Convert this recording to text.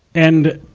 and,